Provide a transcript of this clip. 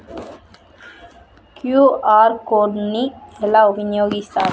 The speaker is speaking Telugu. క్యూ.ఆర్ కోడ్ ని ఎలా వినియోగిస్తారు?